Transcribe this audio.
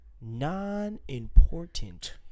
non-important